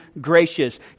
gracious